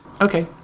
Okay